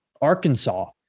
Arkansas